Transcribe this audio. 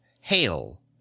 Hail